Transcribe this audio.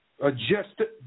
adjusted